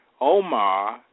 Omar